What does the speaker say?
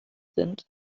sind